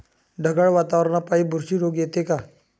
ढगाळ वातावरनापाई बुरशी रोग येते का?